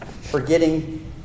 forgetting